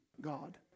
God